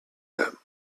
them